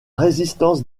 résistance